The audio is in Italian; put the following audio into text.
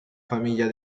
famiglia